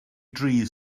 dri